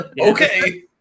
Okay